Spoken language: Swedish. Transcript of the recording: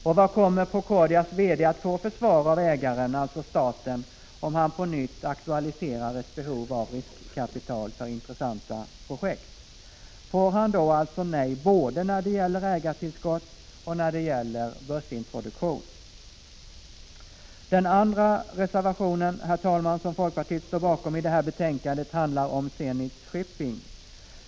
Och vad kommer Procordias VD att få för svar av ägaren-staten om han på nytt aktualiserar ett behov av riskkapital för intressanta projekt? Får han då nej både när det gäller ägartillskott och när det gäller börsintroduktion? Herr talman! Den andra reservation som folkpartiet står bakom i det här betänkandet handlar om Zenit Shipping.